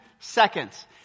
Seconds